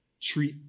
treat